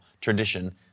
tradition